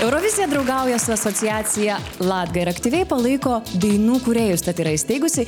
eurovizija draugauja su asociacija latga ir aktyviai palaiko dainų kūrėjus tad yra įsteigusi